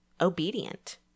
obedient